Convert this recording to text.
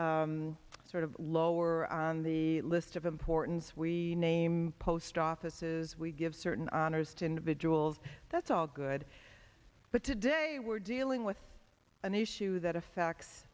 either sort of lower on the list of importance we name post offices we give certain honors to individuals that's all good but today we're dealing with an issue that affects